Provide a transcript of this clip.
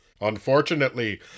Unfortunately